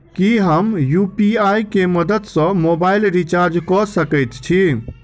की हम यु.पी.आई केँ मदद सँ मोबाइल रीचार्ज कऽ सकैत छी?